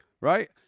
Right